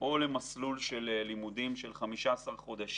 או למסלול של לימודים של 15 חודשים